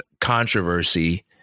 controversy